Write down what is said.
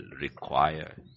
require